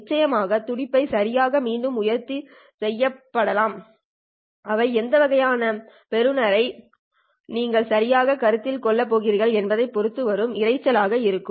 நிச்சயமாக துடிப்பபை சரியாக மீண்டும் உற்பத்தி செய்யப்படாது அவை எந்த வகையான பெறுபவரை நீங்கள் சரியாகக் கருத்தில் கொள்ளப் போகிறீர்கள் என்பதைப் பொறுத்து வரும் இரைச்சல் ஆக இருக்கும்